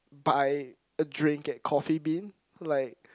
buy a drink at Coffee Bean like